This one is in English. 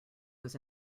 was